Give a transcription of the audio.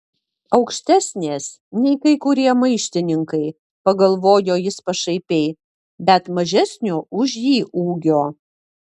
aukštesnės nei kai kurie maištininkai pagalvojo jis pašaipiai bet mažesnio už jį ūgio